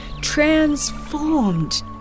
transformed